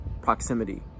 proximity